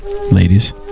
Ladies